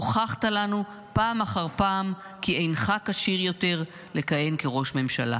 הוכחת לנו פעם אחר פעם כי אינך כשיר יותר לכהן כראש ממשלה.